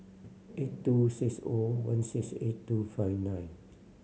eight two six O one six eight two five nine